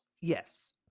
Yes